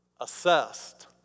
assessed